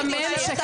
יש פה משבר.